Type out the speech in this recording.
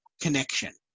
connection